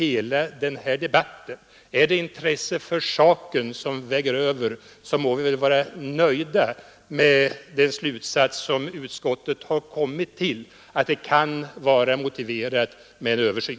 Är det så att intresset för saken väger över, så må väl alla vara nöjda med den slutsats som utskottet kommit till, nämligen att det kan vara motiverat med en översyn.